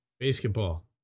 Basketball